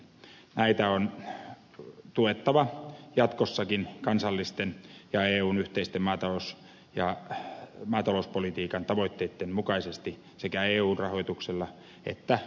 näitä on tuettava jatkossakin kansallisten ja eun yhteisten maatalouspolitiikan tavoitteitten mukaisesti sekä eu rahoituksella että kansallisin varoin